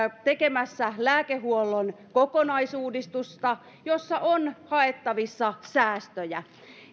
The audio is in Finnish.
tekemässä lääkehuollon kokonaisuudistusta jossa on haettavissa säästöjä